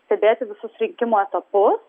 stebėti visus rinkimų etapus